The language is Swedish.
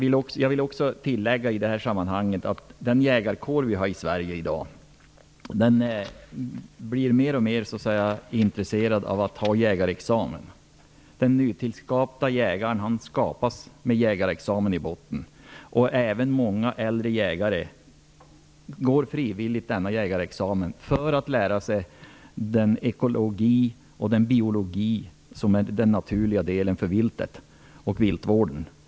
I detta sammanhang vill jag tillägga att jägarkåren i Sverige i dag blir alltmer intresserad av att ta jägarexamen. Den nye jägaren har en jägarexamen i botten. Även många äldre jägare tar jägarexamen för att få lära sig ekologi och biologi, som är den naturliga delen för viltet och viltvården.